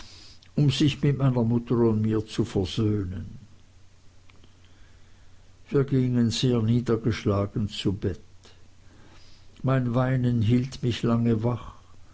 um sich mit meiner mutter und mir zu versöhnen wir gingen sehr niedergeschlagen zu bett mein weinen hielt mich lange wach